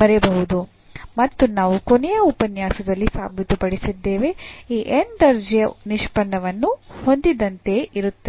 ಬರೆಯಬಹುದು ಮತ್ತು ನಾವು ಕೊನೆಯ ಉಪನ್ಯಾಸದಲ್ಲಿ ಸಾಬೀತುಪಡಿಸಿದ್ದೇವೆ ಇದು ಈ n ನೇ ದರ್ಜೆಯ ನಿಷ್ಪನ್ನವನ್ನು ಹೊಂದಿದಂತೆಯೇ ಇರುತ್ತದೆ